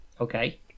Okay